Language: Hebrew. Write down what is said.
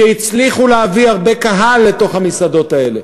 שהצליחו להביא הרבה קהל לתוך המסעדות האלה,